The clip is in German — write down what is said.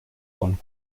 von